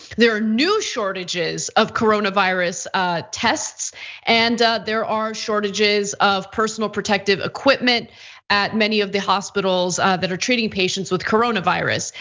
there are new shortages of coronavirus tests and there are shortages of personal protective equipment at many of the hospitals that are treating patients with coronavirus.